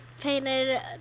painted